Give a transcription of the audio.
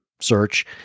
search